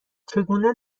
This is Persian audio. چگونه